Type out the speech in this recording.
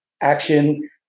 action